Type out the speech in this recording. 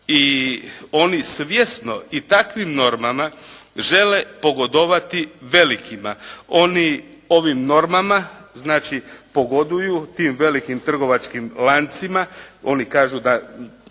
I oni svjesno i takvim normama žele pogodovati velikima. Oni ovim normama znači pogoduju tim velikim trgovačkim lancima. Oni kažu da